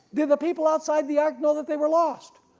did the people outside the ark know that they were lost?